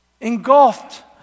engulfed